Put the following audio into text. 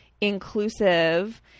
inclusive